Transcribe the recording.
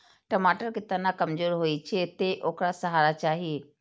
टमाटर के तना कमजोर होइ छै, तें ओकरा सहारा चाही